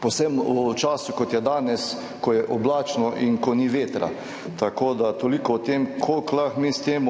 predvsem v času, kot je danes, ko je oblačno in ko ni vetra. Tako da toliko o tem, koliko lahko mi s tem